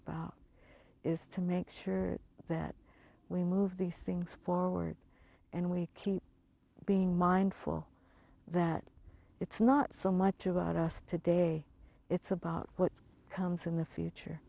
about is to make sure that we move these things forward and we keep being mindful that it's not so much about us today it's about what comes in the future